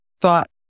thought